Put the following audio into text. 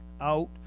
out